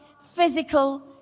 physical